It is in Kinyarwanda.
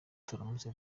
turamutse